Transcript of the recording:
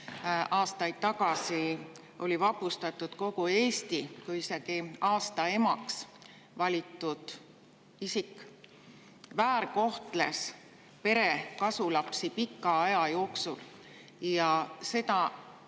aastaid tagasi vapustatud kogu Eesti, kus isegi aasta emaks valitud isik väärkohtles pere kasulapsi pika aja jooksul, ja seda